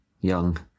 young